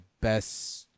best